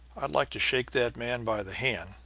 i'd like to shake that man by the hand,